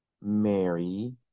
Mary